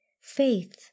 Faith